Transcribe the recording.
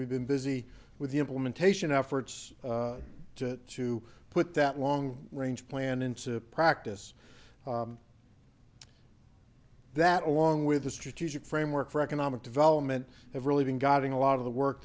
we've been busy with the implementation efforts to to put that long range plan into practice that along with the strategic framework for economic development have really been guiding a lot of the work